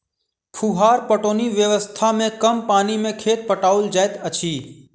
फुहार पटौनी व्यवस्था मे कम पानि मे खेत पटाओल जाइत अछि